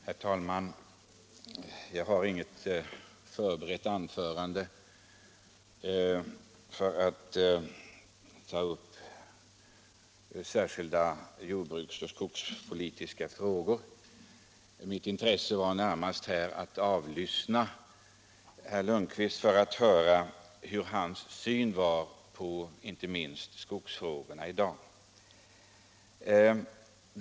Herr talman! Jag har inte förberett något anförande för att ta upp särskilda jordbruks och skogspolitiska frågor, utan min avsikt var närmast att avlyssna herr Lundkvist, inte minst för att höra hur han ser på skogsfrågorna i dag.